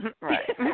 right